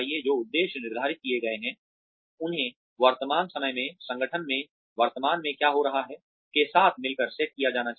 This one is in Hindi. जो उद्देश्य निर्धारित किए गए हैं उन्हें वर्तमान समय में संगठन में वर्तमान में क्या हो रहा है के साथ मिलकर सेट किया जाना चाहिए